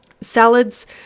Salads